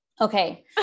Okay